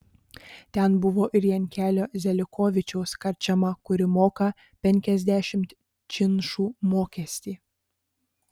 ten buvo ir jankelio zelikovičiaus karčema kuri moka penkiasdešimt činšų mokestį